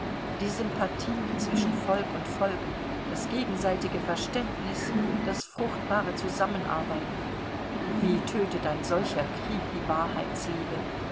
die sympathien zwischen volk und volk das gegenseitige verständnis das fruchtbare zusammenarbeiten wie tötet ein solcher krieg die wahrheitsliebe